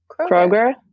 Kroger